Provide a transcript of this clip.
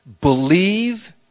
Believe